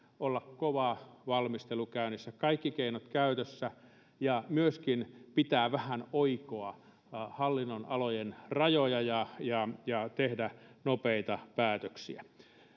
olla kova valmistelu käynnissä kaikki keinot käytössä ja myöskin pitäisi vähän oikoa hallinnonalojen rajoja ja ja tehdä nopeita päätöksiä